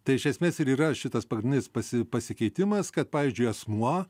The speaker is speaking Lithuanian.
tai iš esmės ir yra šitas pagrindinis pasi pasikeitimas kad pavyzdžiui asmuo